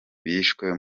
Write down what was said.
bishwe